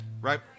right